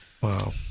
wow